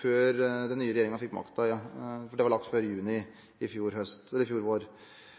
før den nye regjeringen fikk makten. Det var avgjort før juni i fjor vår. Det er veldig rart, sett i